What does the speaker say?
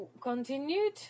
continued